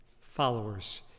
followers